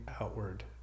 outward